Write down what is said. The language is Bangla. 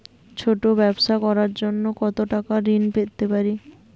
ছোট ব্যাবসা করার জন্য কতো টাকা ঋন পেতে পারি?